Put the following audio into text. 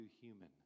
human